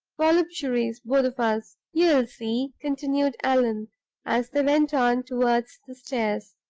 voluptuaries, both of us. you'll see, continued allan as they went on toward the stairs,